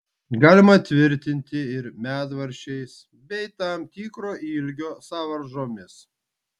galima tvirtinti ir medvaržčiais bei tam tikro ilgio sąvaržomis